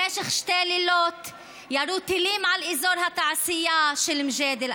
במשך שני לילות ירו טילים על אזור התעשייה של מג'דל,